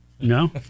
No